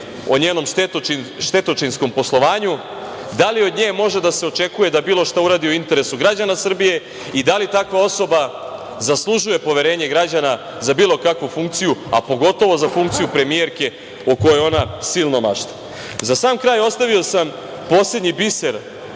o njenom štetočinskom poslovanju, da li od nje može da se očekuje da bilo šta uradi u interesu građana Srbije i da li takva osoba zaslužuje poverenja građana za bilo kakvu funkciju, a pogotovo za funkciju premijerke, o kojoj ona silno mašta? Za sam kraj ostavio sam poslednji biser